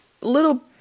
little